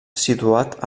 situat